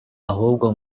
ahubwo